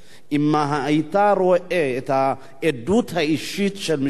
אם היית רואה את העדות האישית של משפחות,